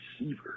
receiver